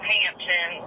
Hampton